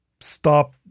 stop